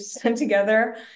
together